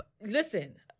Listen